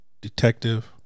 Detective